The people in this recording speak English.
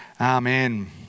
Amen